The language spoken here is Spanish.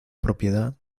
propiedad